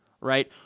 right